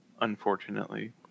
Unfortunately